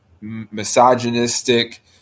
misogynistic